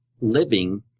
living